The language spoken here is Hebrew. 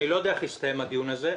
אני לא יודע איך יסתיים הדיון הזה.